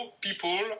people